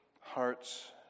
hearts